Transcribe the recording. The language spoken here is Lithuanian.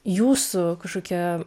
jūsų kažkokia